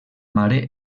mare